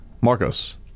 Marcos